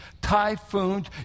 typhoons